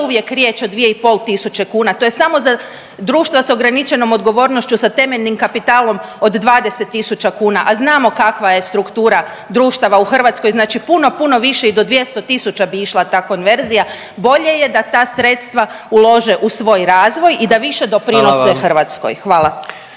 uvijek riječ o 2 i pol tisuće kuna. To je samo za društva sa ograničenom odgovornošću sa temeljnim kapitalom od 20000 kuna, a znamo kakva je struktura društava u Hrvatskoj. Znači, puno puno više i do 200 000 bi išla ta konverzija. Bolje je da ta sredstva ulože u svoj razvoj i da više doprinose Hrvatskoj. Hvala.